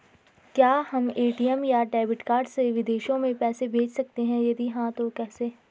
क्या हम ए.टी.एम या डेबिट कार्ड से विदेशों में पैसे भेज सकते हैं यदि हाँ तो कैसे?